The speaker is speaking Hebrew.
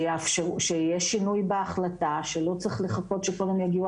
שיהיה שינוי בהחלטה שלא צריך לחכות שקודם יגיעו